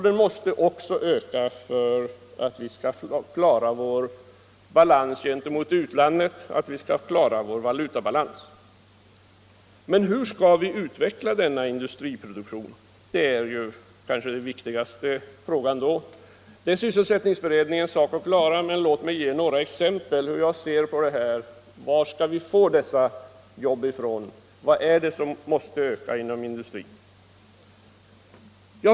Den måste också öka för att vi skall kunna klara vår balans gentemot utlandet, vår valutabalans. Hur skall vi då utveckla denna industriproduktionen? Det är kanske den viktigaste frågan. Det är sysselsättningsutredningens sak att klara, men låt mig ge några exempel på hur jag ser på frågan var vi skall få fler jobb ifrån och vad det är som måste öka inom industrin.